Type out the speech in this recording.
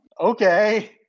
Okay